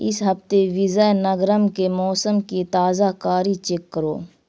اس ہفتے وزے نگرم کے موسم کی تازہ کاری چیک کرو